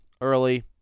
early